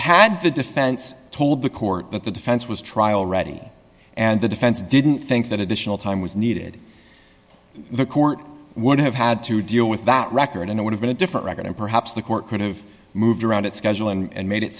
had the defense told the court that the defense was trial ready and the defense didn't think that additional time was needed the court would have had to deal with that record and it would've been a different record and perhaps the court could have moved around its schedule and made it